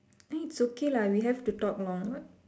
eh it's okay lah we have to talk long what